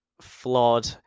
flawed